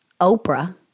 Oprah